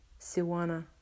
Siwana